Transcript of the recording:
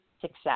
success